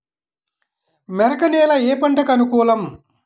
మెరక నేల ఏ పంటకు అనుకూలం?